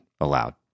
allowed